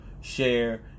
share